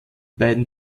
beiden